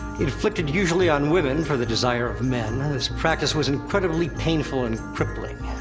inflicted usually on women for the desire of men, and this practice was incredibly painful and crippling.